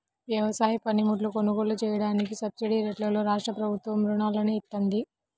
వ్యవసాయ పనిముట్లు కొనుగోలు చెయ్యడానికి సబ్సిడీరేట్లలో రాష్ట్రప్రభుత్వం రుణాలను ఇత్తంది